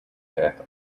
death